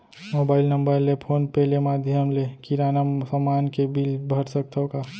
Mobile number ले PhonePe ले माधयम ले किराना समान के बिल भर सकथव का?